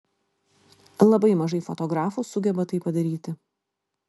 labai mažai fotografų sugeba tai padaryti